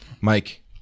Mike